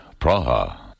Praha